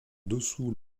dessous